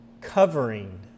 covering